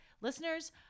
listeners